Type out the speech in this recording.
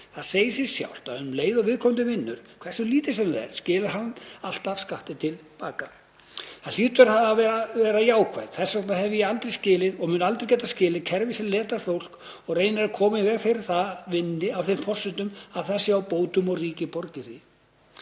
Það segir sig sjálft að um leið og viðkomandi vinnur, hversu lítið sem það er, skilar hann alltaf skatti til baka. Það hlýtur að vera jákvætt. Þess vegna hef ég aldrei skilið, og mun aldrei getað skilið, kerfi sem letur fólk og reynir að koma í veg fyrir að það vinni á þeim forsendum að það sé á bótum og ríkið borgi